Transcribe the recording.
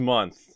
Month